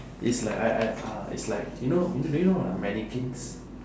is like I I ah is like you know you know do you know what are mannequins